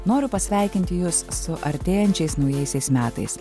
noriu pasveikinti jus su artėjančiais naujaisiais metais